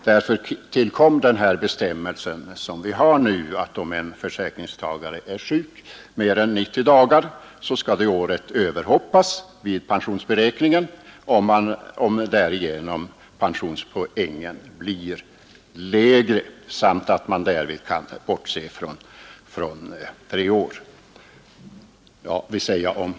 Därför tillkom den bestämmelse som vi nu har. Om en försäkringstagare är sjuk mer än 90 dagar skall det året överhoppas vid pensionsberäkningen, om pensionspoängen blir högre om man bortser från ifrågavarande år.